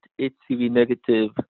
HCV-negative